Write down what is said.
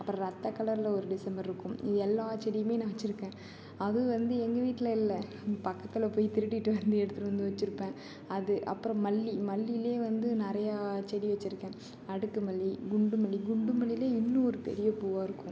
அப்புறம் ரத்த கலரில் ஒரு டிசம்பர் இருக்கும் இது எல்லா செடியுமே நான் வச்சுருக்கேன் அதுவும் வந்து எங்கள் வீட்டில் இல்லை பக்கத்தில் போயி திருடிகிட்டு வந்து எடுத்துட்டு வந்து வச்சுருப்பேன் அது அப்புறம் மல்லி மல்லியில் வந்து நிறையா செடி வச்சுருக்கேன் அடுக்கு மல்லி குண்டு மல்லி குண்டு மல்லியில் இன்னும் ஒரு பெரிய பூவாக இருக்கும்